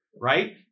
right